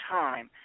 time